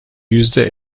yüzde